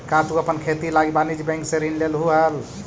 का तु अपन खेती लागी वाणिज्य बैंक से ऋण लेलहुं हल?